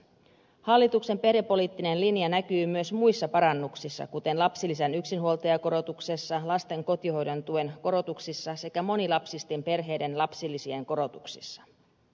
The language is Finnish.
hallituksen perhepoliittinen linja näkyy myös muissa parannuksissa kuten lapsilisän yksinhuoltajakorotuksessa lasten kotihoidon tuen korotuksissa sekä monilapsisten perheiden lapsilisien korotuksissa